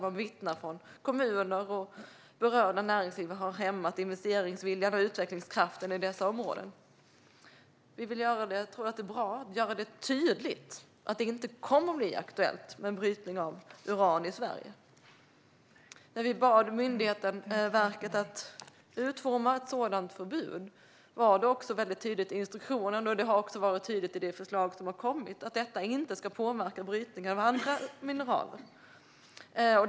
Man vittnar från kommuner och berört näringsliv om att detta har hämmat investeringsviljan och utvecklingskraften i dessa områden. Jag tror att det är bra att göra det tydligt att det inte kommer att bli aktuellt med brytning av uran i Sverige. När vi bad verket att utforma ett sådant förbud var det också väldigt tydligt i instruktionen - och det har också varit tydligt i det förslag som har kommit - att detta inte ska påverka brytningen av andra mineraler.